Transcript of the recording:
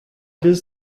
does